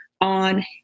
on